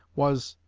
was,